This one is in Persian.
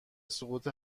سقوط